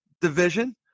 division